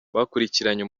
bakurikiranye